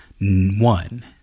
One